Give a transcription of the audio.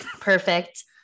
Perfect